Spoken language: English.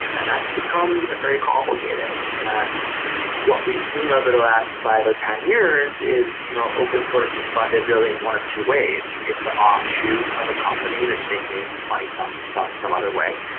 and that's become very complicated. and what we've seen over the last five or ten years is you know open source is funded really one of two ways. it's the offshoot of a company that's making money some some other way.